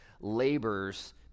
labors